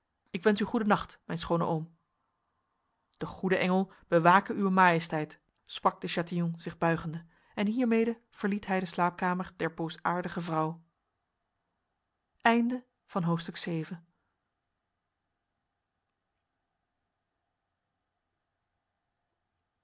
ik wens u goede nacht mijn schone oom de goede engel bewake uwe majesteit sprak de chatillon zich buigende en hiermede verliet hij de slaapkamer der boosaardige vrouw